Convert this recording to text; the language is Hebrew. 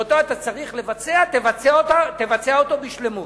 שאותו אתה צריך לבצע, תבצע אותו בשלמות,